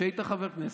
כשהיית חבר כנסת,